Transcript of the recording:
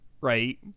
right